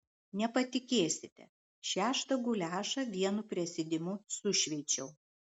nepatikėsite šeštą guliašą vienu prisėdimu sušveičiau